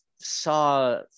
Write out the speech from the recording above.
saw